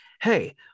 hey